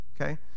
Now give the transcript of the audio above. okay